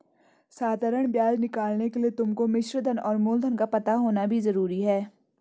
साधारण ब्याज निकालने के लिए तुमको मिश्रधन और मूलधन का पता होना भी जरूरी है